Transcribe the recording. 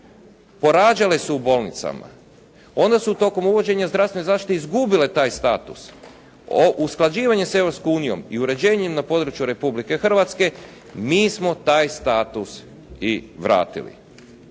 porađale su u bolnicama. Onda su tokom uvođenja zdravstvene zaštite izgubile taj status. Usklađivanje s Europskom unijom i uređenjem na području Republike Hrvatske, mi smo taj status i vratili.